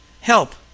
help